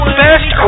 best